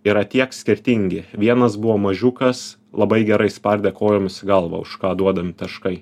yra tiek skirtingi vienas buvo mažiukas labai gerai spardė kojomis į galvą už ką duodami taškai